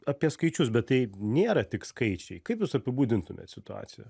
apie skaičius bet tai nėra tik skaičiai kaip jūs apibūdintumėt situaciją